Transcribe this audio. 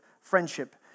friendship